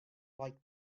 like